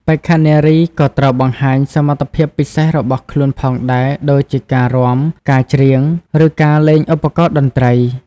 បេក្ខនារីក៏ត្រូវបង្ហាញសមត្ថភាពពិសេសរបស់ខ្លួនផងដែរដូចជាការរាំ ការច្រៀង ឬការលេងឧបករណ៍តន្ត្រី។